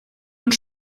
und